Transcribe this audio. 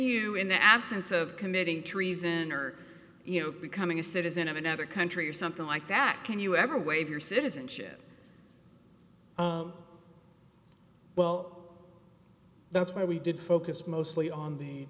you in the absence of committing treason or you know becoming a citizen of another country or something like that can you ever waive your citizenship well that's where we did focus mostly on the